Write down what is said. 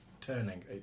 turning